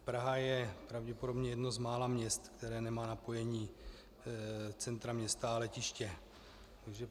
Praha je pravděpodobně jedno z mála měst, které nemá napojení centra města a letiště.